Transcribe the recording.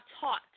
taught